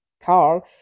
Carl